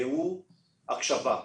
והוא הקשבה,